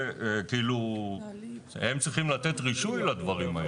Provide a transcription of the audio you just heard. הם צריכים לתת רישוי לדברים האלה.